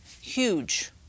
huge